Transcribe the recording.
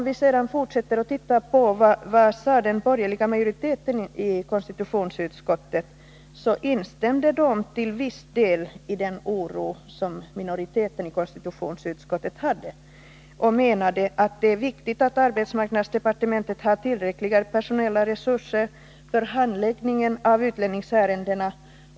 Vad sade då den borgerliga majoriteten i konstitutionsutskottet? Den instämde till viss deli den oro som minoriteten i konstitutionsutskottet kände och menade att det är viktigt att arbetsmarknadsdepartementet har tillräckliga personella resurser för handläggning av utlänningsärenden.